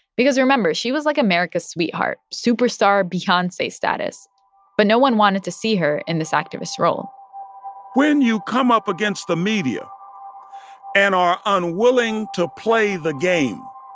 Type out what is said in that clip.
because remember, she was, like, america's sweetheart superstar, beyonce status but no one wanted to see her in this activist role when you come up against the media and are unwilling to play the game,